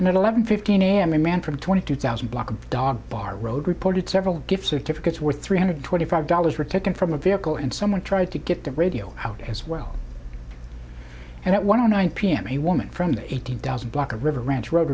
at eleven fifteen a m a man from twenty two thousand block of dog bar road reported several gift certificates worth three hundred twenty five dollars were taken from a vehicle and someone tried to get the radio out as well and at one o nine p m a woman from the eighteen thousand block of river ranch road